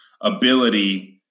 ability